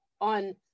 on